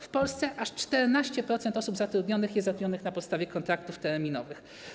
W Polsce aż 14% zatrudnionych osób jest zatrudnionych na podstawie kontraktów terminowych.